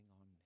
on